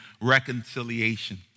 reconciliation